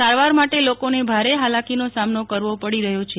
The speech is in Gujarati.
સારવાર માટે લોકોને ભારે હાલાકીનો સામનો કરવો પડી રહ્યો છે